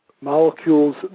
molecules